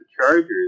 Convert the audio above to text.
Chargers